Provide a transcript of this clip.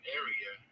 area